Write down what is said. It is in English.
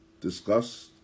discussed